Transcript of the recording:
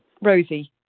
Rosie